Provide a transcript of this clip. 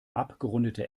abgerundete